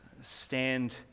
stand